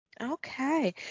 okay